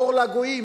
אור לגויים,